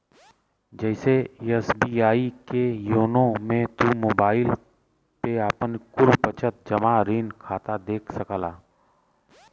जइसे एस.बी.आई के योनो मे तू मोबाईल पे आपन कुल बचत, जमा, ऋण खाता देख सकला